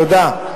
תודה.